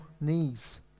knees